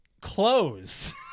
clothes